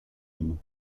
aime